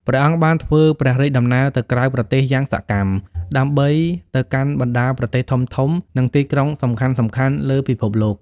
ព្រះអង្គបានធ្វើព្រះរាជដំណើរទៅក្រៅប្រទេសយ៉ាងសកម្ម យាងទៅកាន់បណ្ដាប្រទេសធំៗ និងទីក្រុងសំខាន់ៗលើពិភពលោក។